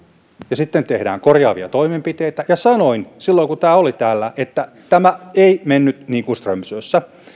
ja sitten tehdään korjaavia toimenpiteitä ja sanoin silloin kun tämä oli täällä että tämä ei mennyt niin kuin strömsössä